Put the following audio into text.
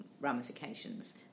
ramifications